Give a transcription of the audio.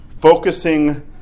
focusing